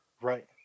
Right